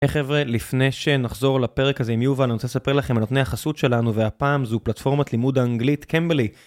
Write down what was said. היי חבר'ה, לפני שנחזור לפרק הזה עם יובל, אני רוצה לספר לכם על נותני החסות שלנו והפעם זו פלטפורמת לימוד האנגלית קמבלי.